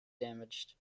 damaged